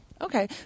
Okay